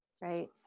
right